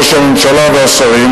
ראש הממשלה והשרים,